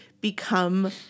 become